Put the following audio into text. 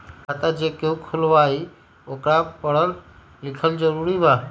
खाता जे केहु खुलवाई ओकरा परल लिखल जरूरी वा?